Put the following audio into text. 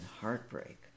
heartbreak